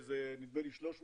נדמה לי שזה 300